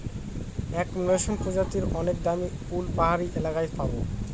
এক মসৃন প্রজাতির অনেক দামী উল পাহাড়ি এলাকায় পাবো